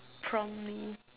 prompt me